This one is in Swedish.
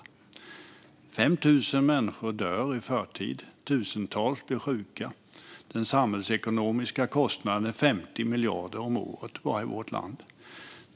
5 000 människor dör i förtid, tusentals blir sjuka och den samhällsekonomiska kostnaden är 50 miljarder om året bara i vårt land.